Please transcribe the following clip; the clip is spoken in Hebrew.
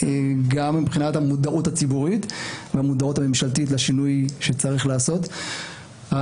מבחינת המודעות הציבורית והמודעות הממשלתית את השינוי שצריך לעשות.